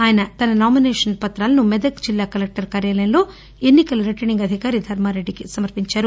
ఆయన తన నామినేషన్ పుతాలు మెదక్ జిల్లా కలెక్టర్ కార్యాలయంలో ఎన్నికల రిటర్నింగ్ అధికారి ధర్మారెడ్డికి సమర్పించారు